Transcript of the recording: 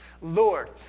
Lord